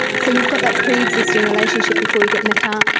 so you've got that pre-existing relationship before you get in the car,